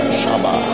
Shaba